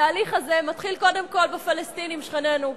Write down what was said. התהליך הזה מתחיל קודם כול בפלסטינים שכנינו.